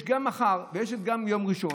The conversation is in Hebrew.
יש גם את מחר וגם את יום ראשון,